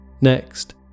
Next